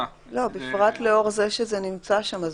בפרט לאור זה שזה נמצא שם,